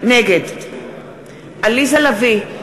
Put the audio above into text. נגד עליזה לביא,